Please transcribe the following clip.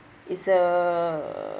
is a